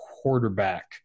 quarterback